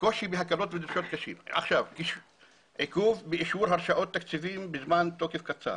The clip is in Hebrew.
קושי בהקלות --- עיכוב באישור הרשאות תקציבים בזמן תוקף קצר